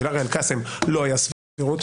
שלארה אל-קאסם לא היה סבירות.